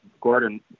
Gordon